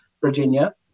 Virginia